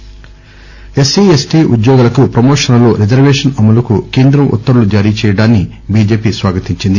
BJP SC ST ఉద్యోగులకు ప్రమోషన్లలో reservation అమలుకు కేంద్రం ఉత్తర్వులు జారీ చేయడాన్ని బిజెపి స్వాగతించింది